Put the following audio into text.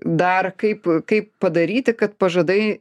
dar kaip kaip padaryti kad pažadai